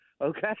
okay